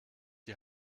die